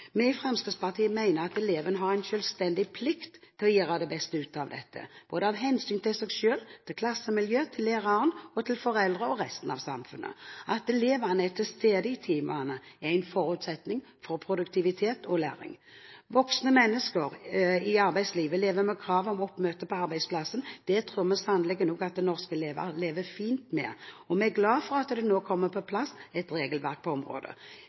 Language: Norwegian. Vi i Fremskrittspartiet mener eleven har en selvstendig plikt til å gjøre det beste ut av dette, av hensyn både til seg selv, til klassemiljøet, til læreren og til foreldre og resten av samfunnet. At elevene er til stede i timene, er en forutsetning for produktivitet og læring. Voksne mennesker i arbeidslivet lever med krav om oppmøte på arbeidsplassen. Det tror vi sannelig at norske skoleelever også lever fint med, og vi er glade for at det nå kommer på plass et regelverk på